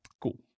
Cool